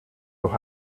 los